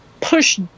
push